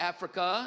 Africa